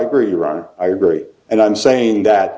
agree ron i agree and i'm saying that